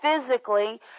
physically